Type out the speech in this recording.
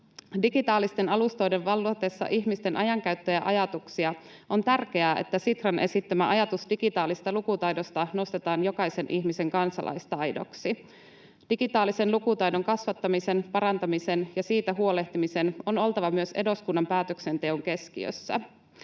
Digitaalisten alustoiden vallatessa ihmisten ajankäyttöä ja ajatuksia on tärkeää, että Sitran esittämä ajatus digitaalisesta lukutaidosta nostetaan jokaisen ihmisen kansalaistaidoksi. Digitaalisen lukutaidon kasvattamisen, parantamisen ja siitä huolehtimisen on oltava myös eduskunnan päätöksenteon keskiössä.